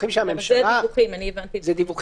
אני רק אומר דבר אחד, אם זה יגיע